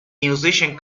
musician